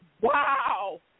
wow